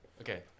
Okay